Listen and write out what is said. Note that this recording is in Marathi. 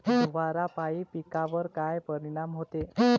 धुवारापाई पिकावर का परीनाम होते?